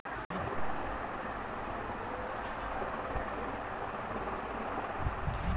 सामाजिक योजना का लाभ कौन कौन ले सकता है?